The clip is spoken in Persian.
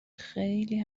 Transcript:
خیلی